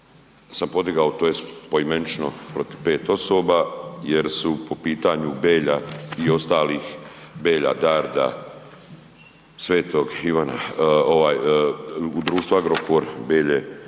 sam podigao tj. poimenično protiv 5 osoba jer su po pitanju Belja i ostalih Belja Darda, Svetog Ivana ovaj, u društvu Agrokor Belje